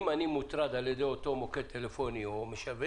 אם אני מוטרד על ידי אותו מוקד טלפוני או משווק,